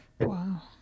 Wow